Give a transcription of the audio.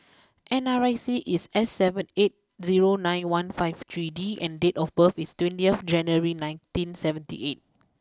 N R I C is S seven eight zero nine one five three D and date of birth is twenty January nineteen seventy eight